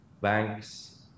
banks